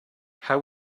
how